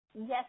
Yes